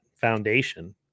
foundation